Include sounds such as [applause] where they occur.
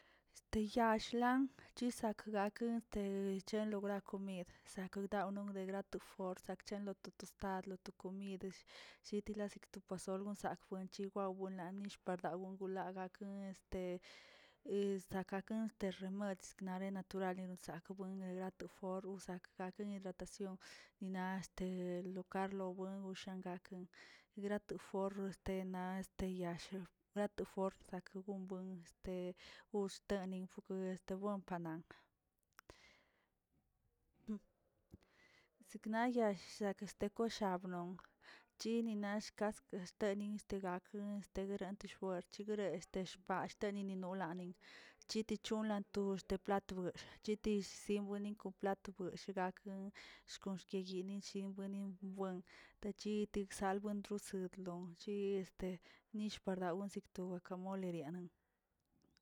Este yall lan chisek gakə [hesitation] chelongran komid sekodawn negrap for chachenlo to tostad loto komid setila la sotposol kwenche buamila gush talun gagolaga este [hesitation] sakaken remed snake naturalen sakbuen regrato form sakgaken yidratacion ni na este lokarlo buen shengagakə, regrato from este na este yaa wnagrato form snato gon este wstanifwon panan, [hesitation] sekna yall sekna este kshabnon chini na est nak teni este gakə este garanti form gueren este shpadin ini nolanin chiti chonan tu deplat wexgə yitill siwinin kos latowell shi gak ahkonkeyeni shii wenin buen techi gusalbuen wsedlon gui este yish pardawin seken wakamole rianan.